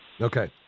Okay